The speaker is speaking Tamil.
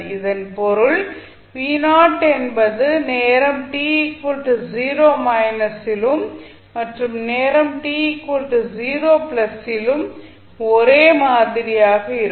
இதன் பொருள் என்பது நேரம் t 0 லும் மற்றும் நேரம் t 0 லும் ஒரே மாதிரியாக இருக்கும்